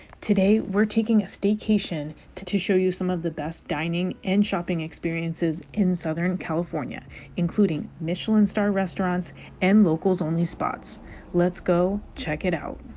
today we're taking a staycation to to show you some of the best dining and shopping experiences in southern california including michelin star restaurants and locals only spots let's go check it out